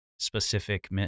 specific